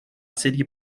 serie